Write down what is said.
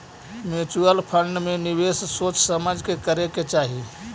mutual fund में निवेश सोच समझ के करे के चाहि